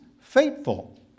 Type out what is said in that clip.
faithful